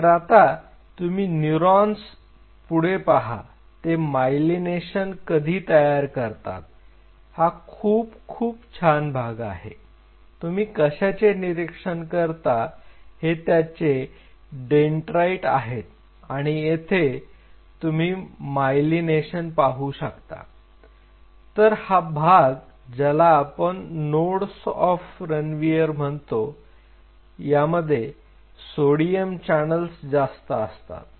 तर आता तुम्ही न्यूरॉन्स पुढे पहा ते मायलिनेशन कधी तयार करतात हा खूप खूप छान भाग आहे तुम्ही कशाचे निरीक्षण करता हे त्याचे डेंडराईट आहेत आणि येथे तुम्ही माएलीनेशन पाहू शकता तर हा भाग ज्याला आपण नोडस ऑफ रणवियर म्हणतो त्यामध्ये सोडियम चॅनल्स जास्त असतात